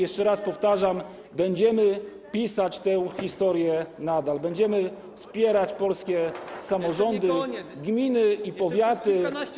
Jeszcze raz powtarzam: będziemy pisać tę historię nadal, będziemy wspierać polskie samorządy, gminy i powiaty.